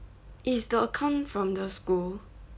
is the account from the school